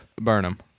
burnham